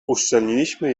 uszczelniliśmy